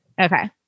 Okay